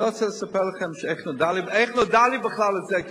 אני לא רוצה לספר לכם איך נודע לי בכלל על זה,